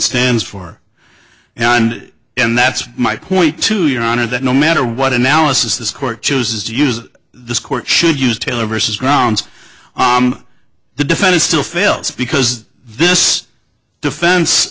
stands for and and that's my point to your honor that no matter what analysis this court chooses to use this court should use taylor versus grounds the defense still fails because this defen